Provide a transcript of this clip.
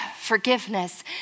forgiveness